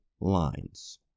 lines